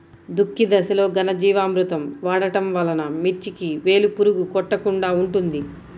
దుక్కి దశలో ఘనజీవామృతం వాడటం వలన మిర్చికి వేలు పురుగు కొట్టకుండా ఉంటుంది?